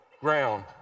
ground